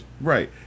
Right